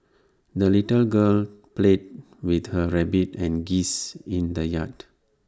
the little girl played with her rabbit and geese in the yard